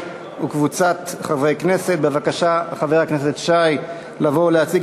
אנחנו עוברים, רבותי חברי הכנסת, להצעת